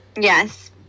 Yes